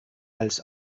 als